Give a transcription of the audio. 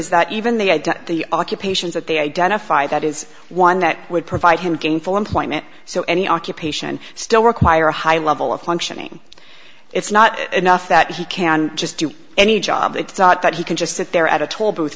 is that even the idea of the occupations that they identify that is one that would provide him gainful employment so any occupation still require a high level of functioning it's not enough that he can just do any job that he can just sit there at a tollbooth